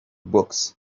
books